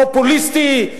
פופוליסטית,